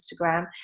Instagram